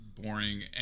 boring